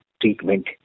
treatment